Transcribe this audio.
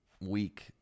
week